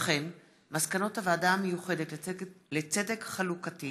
מסקנות הוועדה המיוחדת לצדק חלוקתי